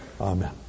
Amen